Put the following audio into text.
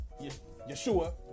Yeshua